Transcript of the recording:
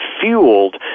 fueled